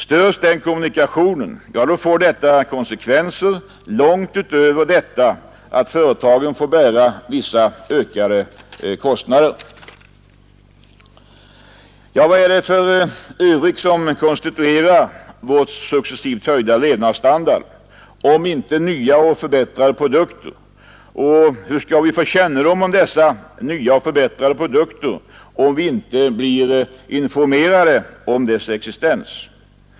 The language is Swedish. Störs den kommunikationen får detta konsekvenser långt utöver att företagen måste bära vissa ökade kostnader. Vad är det för övrigt som konstituerar vår successivt höjda levnadsstandard om inte nya och förbättrade produkter, och hur skall vi få kännedom om dessa nya och förbättrade produkter ifall vi inte blir informerade om deras existens?